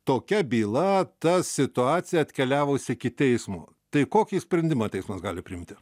tokia byla ta situacija atkeliavusi iki teismo tai kokį sprendimą teismas gali priimti